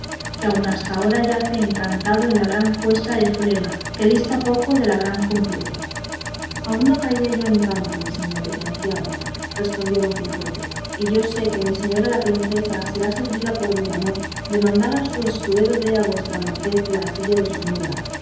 que aún hasta ahora yace encantado en la gran cuesta zulema que dista poco de la gran compluto aún no caía yo en tanto mi señor licenciado respondió don quijote y yo sé que mi señora la princesa será servida por mi amor de mandar a su escudero dé a vuestra merced la silla de su mula